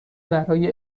برای